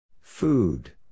Food